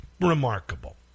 remarkable